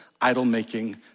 idol-making